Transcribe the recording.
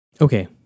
Okay